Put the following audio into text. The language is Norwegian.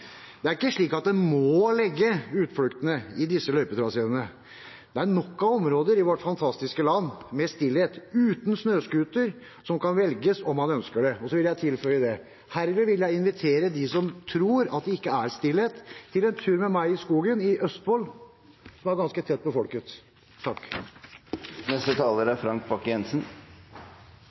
Det er ikke sånn at en må legge utfluktene i disse løypetraseene. Det er nok av områder i vårt fantastiske land med stillhet, uten snøscootere, som kan velges, om man ønsker det. Så vil jeg tilføye: Herved vil jeg invitere dem som tror at det ikke er stillhet, til en tur med meg i skogen i Østfold, som er ganske tett befolket.